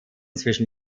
zwischen